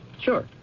Sure